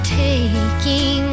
taking